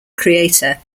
creator